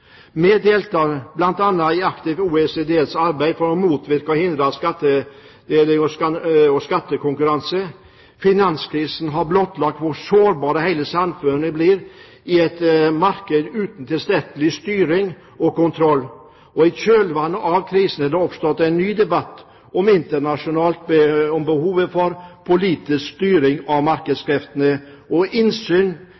Vi deltar bl.a. aktivt i OECDs arbeid for å motvirke og hindre skadelig skattekonkurranse. Finanskrisen har blottlagt hvor sårbare hele samfunn blir i et marked uten tilstrekkelig styring og kontroll. I kjølvannet av krisen er det oppstått en ny debatt internasjonalt om behovet for politisk styring av